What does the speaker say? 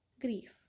Grief